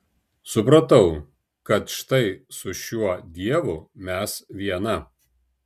supratau kad štai su šiuo dievu mes viena